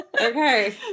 Okay